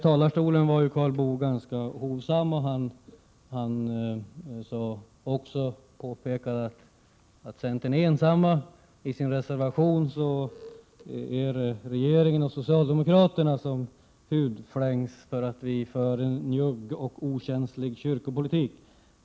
Karl Boo var ju ganska hovsam här i talarstolen. Han påpekade också att centern är ensam om sin reservation. I den skriftliga reservationen däremot hudflängs regeringen och socialdemokraterna för att vi för en njugg och okänslig kyrkopolitik.